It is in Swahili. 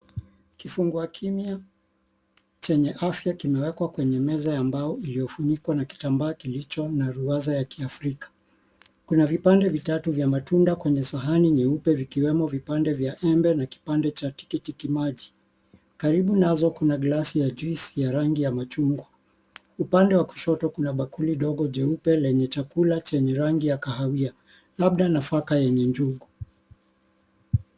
Kifungua kimya chenye afya kimewekwa kwenye meza ya mbao iliyofunikwa na kitambaa chenye ruwaza ya kiafrika .Kuna vipande vitatu vimewekwa kwenye sahani nyeupe. Vikiwemo vipande vya embe na kipande cha tikitimaji. karibu nazo kuna glasi ya(cs) juisi (cs)ya rangi Upande wa kushoto kuna bakuri jeupe chenye rangi ya kahawia labda nafaka yenye njugu.